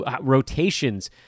rotations—